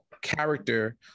character